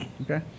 okay